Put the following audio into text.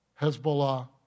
Hezbollah